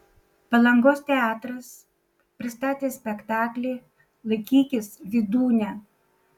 palangos teatras pristatė spektaklį laikykis vydūne